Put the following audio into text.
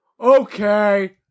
okay